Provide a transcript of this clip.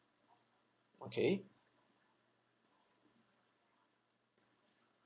okay